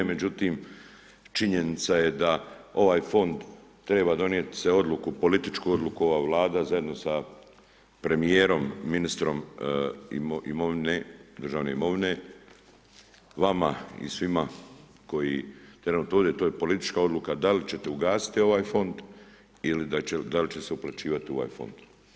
Međutim činjenica je da ovaj fond treba donijeti se odluku, političku odluku ova Vlada zajedno sa premijerom ministrom imovine, državne imovine, vama i svima koji, trenutno ovdje, to je politička odluka da li ćete ugasiti ovaj fond ili da li će se uplaćivati u ovaj fond.